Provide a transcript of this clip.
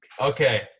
Okay